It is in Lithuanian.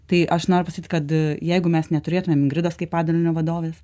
tai aš noriu pasakyti kad jeigu mes neturėtumėm ingridos kaip padalinio vadovės